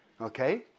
Okay